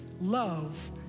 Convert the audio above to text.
love